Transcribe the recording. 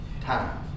time